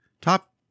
top